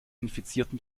infizierten